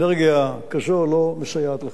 אנרגיה כזו לא מסייעת לך.